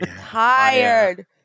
tired